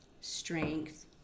strength